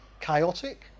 chaotic